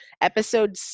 episode